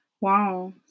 Wow